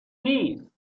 نیست